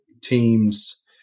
teams